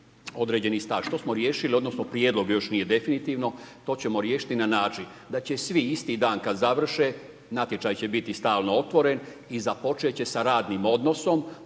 određeni staž, to smo riješili odnosno prijedlog još nije definitivno, to ćemo riješiti na način da će svi isti dan kad završe, natječaj će biti stalno otvoren i započet će sa radnim odnosom